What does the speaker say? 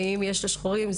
ואם כלפי שחורים,